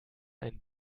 ein